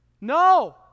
No